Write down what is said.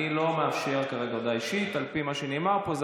אני לא מאפשר כרגע הודעה אישית על פי מה שנאמר פה.